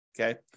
Okay